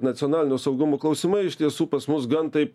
nacionalinio saugumo klausimai iš tiesų pas mus gan taip